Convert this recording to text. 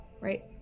right